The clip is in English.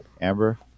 Amber